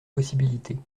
possibilités